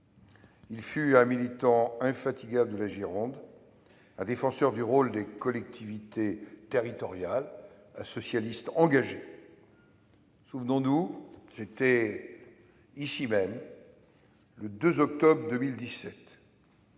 Il fut un militant infatigable de la Gironde, un défenseur du rôle des collectivités territoriales, un socialiste engagé. Souvenons-nous, c'était ici même, le 2 octobre 2017,